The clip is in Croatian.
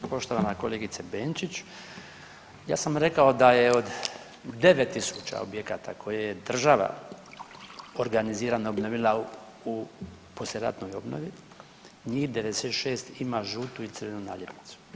Poštovana kolegice Benčić, ja sam rekao da je od 9.000 objekata koje je država organizirano obnovila u poslijeratnoj obnovi, njih 96 ima žutu i crvenu naljepnicu.